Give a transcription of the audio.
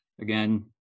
again